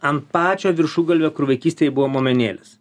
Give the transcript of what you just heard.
ant pačio viršugalvio kur vaikystėj buvo momenėlis